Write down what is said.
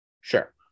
Sure